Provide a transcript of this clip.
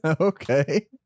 Okay